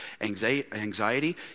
anxiety